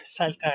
saltar